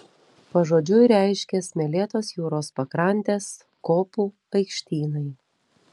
pažodžiui reiškia smėlėtos jūros pakrantės kopų aikštynai